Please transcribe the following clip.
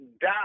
die